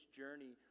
journey